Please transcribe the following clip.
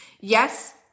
Yes